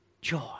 joy